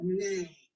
name